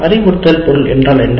அறிவுறுத்தல் பொருள் என்றால் என்ன